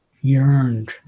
yearned